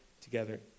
together